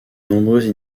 nombreuses